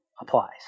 applies